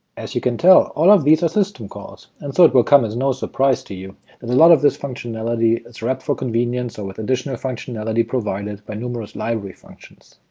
as you can tell, all of these are system calls, and so it will come as no surprise to you that and a lot of this functionality is wrapped for convenience or with additional functionality provided by numerous library functions.